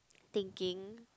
thinking